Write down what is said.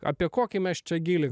apie kokį mes čia gylį